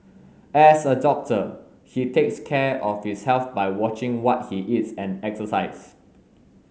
as a doctor he takes care of his health by watching what he eats and exercise